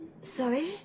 Sorry